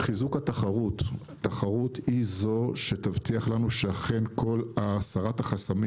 חיזוק התחרות תחרות היא זו שתבטיח לנו שאכן הסרת החסמים